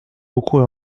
beaucoup